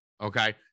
okay